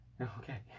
Okay